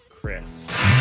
Chris